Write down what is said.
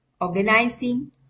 organizing